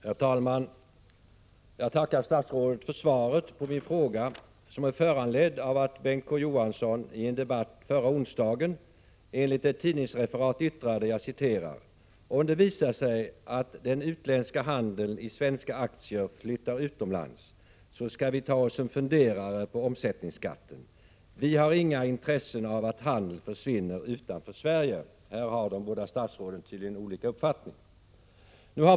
Herr talman! Jag tackar statsrådet för svaret på min fråga, som är föranledd av att Bengt K Å Johansson i en debatt förra onsdagen enligt ett tidningsreferat yttrade sig på följande sätt: ”Om det visar sig att den utländska handeln i svenska aktier flyttar utomlands skall vi ta oss en funderare på omsättningsskatten. Vi har inga intressen av att handeln försvinner utanför Sverige.” Här har de båda statsråden tydligen olika uppfattning.